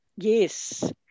yes